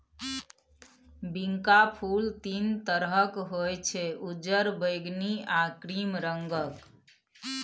बिंका फुल तीन तरहक होइ छै उज्जर, बैगनी आ क्रीम रंगक